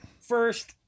First